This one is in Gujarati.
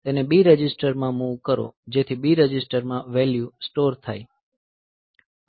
તેને B રજિસ્ટરમાં મૂવ કરો જેથી B રજિસ્ટરમાં વેલ્યુ સ્ટોર થાય